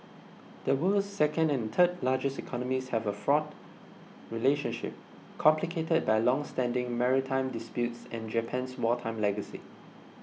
the world's second and third largest economies have a fraught relationship complicated by longstanding maritime disputes and Japan's wartime legacy